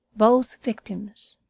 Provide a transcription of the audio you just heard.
both victims.